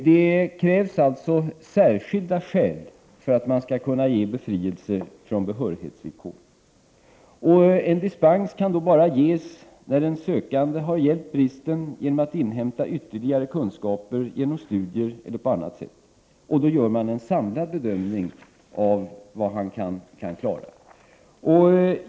Det krävs alltså särskilda skäl för att man skall kunna ge befrielse från behörighetsvillkor, och dispens kan då bara ges när den sökande har avhjälpt bristen genom att inhämta ytterligare kunskaper, genom studier eller på annat sätt. Då gör man en komplett bedömning av vad han kan klara.